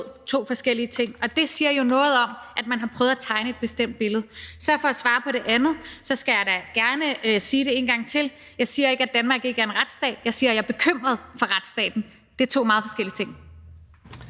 to forskellige ting. Det siger noget om, at man har prøvet at tegne et bestemt billede. Så vil jeg svare på det andet. Jeg skal gerne sige det en gang til: Jeg siger ikke, at Danmark ikke er en retsstat, men jeg siger, at jeg er bekymret for retsstaten. Det er to meget forskellige ting.